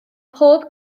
pob